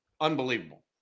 unbelievable